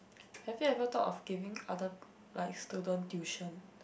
have you ever thought of giving other like students tuition